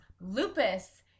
lupus